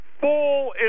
full